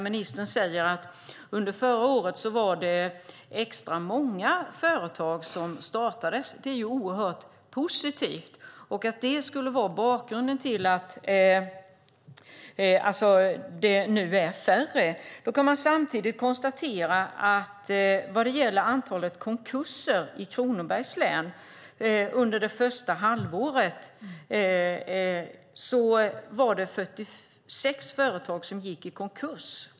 Ministern säger att under förra året var det extra många företag som startades. Det är oerhört positivt. Det skulle vara bakgrunden till att det nu är färre. Man kan samtidigt konstatera vad gäller antalet konkurser i Kronobergs län att under det första halvåret var det 46 företag som gick i konkurs.